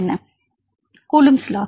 மாணவர் கூலும்ப்ஸ் லா